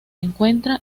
encuentra